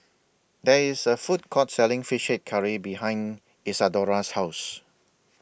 There IS A Food Court Selling Fish Head Curry behind Isadora's House